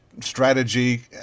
strategy